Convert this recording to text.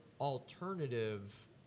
alternative